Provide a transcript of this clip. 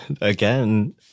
again